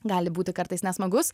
gali būti kartais nesmagus